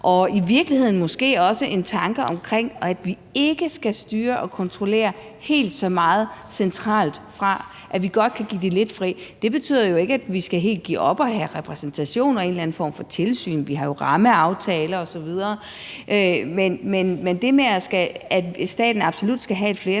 og i virkeligheden måske også en tanke omkring, at vi ikke skal styre og kontrollere helt så meget centralt fra, altså at vi godt kan give det lidt fri. Det betyder jo ikke, at vi helt skal give op i forhold til at have repræsentation og en eller anden form for tilsyn – vi har jo rammeaftaler osv. Men det med, at staten absolut skal have et flertal,